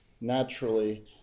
naturally